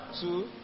two